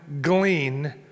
glean